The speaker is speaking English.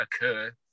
occur